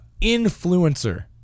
influencer